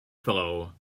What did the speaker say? fellow